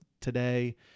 today